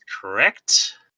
correct